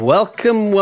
Welcome